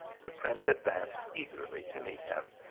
the prince advanced eagerly to meet him.